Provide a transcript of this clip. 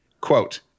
quote